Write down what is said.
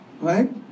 Right